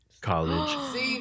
college